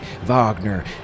Wagner